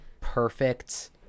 perfect